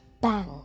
Bang